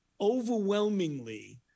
Overwhelmingly